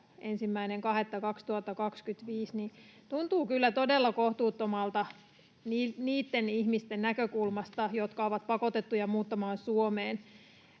1.2.2025, tuntuu kyllä todella kohtuuttomalta niitten ihmisten näkökulmasta, jotka ovat pakotettuja muuttamaan Suomeen